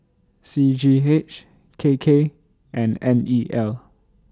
C G H K K and N E L